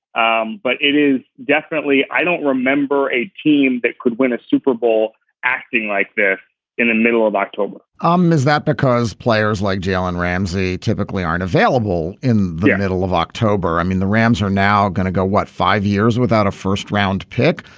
um but it is definitely i don't remember a team that could win a super bowl acting like this in the middle of october. um is that because players like jalen ramsey typically aren't available in the middle of october. i mean the rams are now going to go what five years without a first round pick.